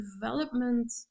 development